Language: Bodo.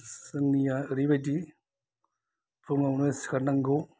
जोंनिआ एरैबायदि फुङावनो सिखारनांगौ